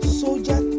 soldier